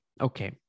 Okay